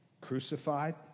crucified